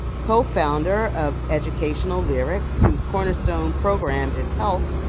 co-founder of educational lyrics whose cornerstone program is help.